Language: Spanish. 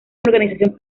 organización